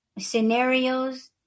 scenarios